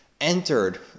entered